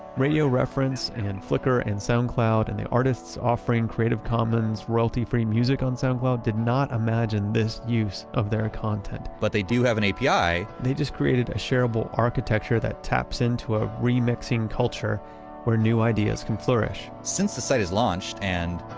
radioreference and flickr and soundcloud and the artists offering creative commons royalty-free music on soundcloud did not imagine this use of their content but they do have an api they just created a shareable architecture that taps into ah remixing culture where new ideas can flourish since the site has launched and